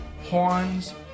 horns